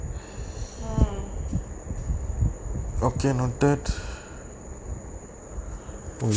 mm